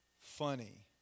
funny